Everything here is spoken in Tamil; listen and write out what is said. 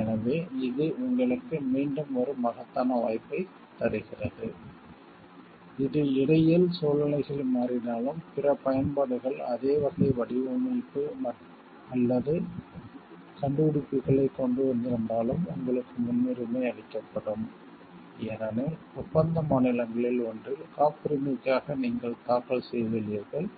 எனவே இது உங்களுக்கு மீண்டும் ஒரு மகத்தான வாய்ப்பைத் தருகிறது இது இடையில் சூழ்நிலைகள் மாறினாலும் பிற பயன்பாடுகள் அதே வகை வடிவமைப்பு அல்லது கண்டுபிடிப்புகளைக் கொண்டு வந்திருந்தாலும் உங்களுக்கு முன்னுரிமை அளிக்கப்படும் ஏனெனில் ஒப்பந்த மாநிலங்களில் ஒன்றில் காப்புரிமைக்காக நீங்கள் தாக்கல் செய்துள்ளீர்கள்